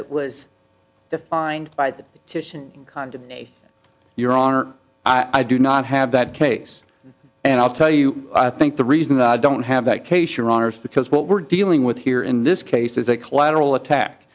that was defined by the titian condemnation your honor i do not have that case and i'll tell you i think the reason i don't have that case your honors because what we're dealing with here in this case is a collateral